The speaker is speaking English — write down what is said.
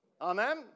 Amen